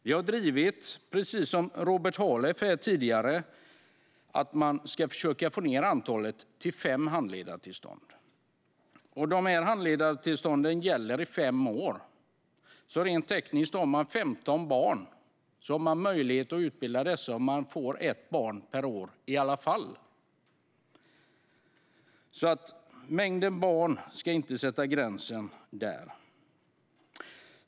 Vi har drivit, precis som Robert Halef, att man ska försöka få ned antalet handledartillstånd till fem. Handledartillstånden gäller i fem år. Får man 15 barn är det alltså rent tekniskt möjligt att utbilda dessa om man får ett barn per år. Mängden barn ska inte sätta gränsen där.